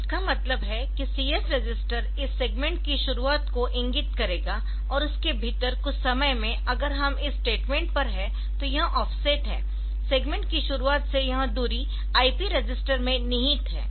तो इसका मतलब है कि CS रजिस्टर इस सेगमेंट की शुरुआत को इंगित करेगा और उसके भीतर कुछ समय में अगर हम इस स्टेटमेंट पर है तो यह ऑफसेट है सेगमेंट की शुरुआत से यह दूरी IP रजिस्टर में निहित है